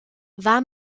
war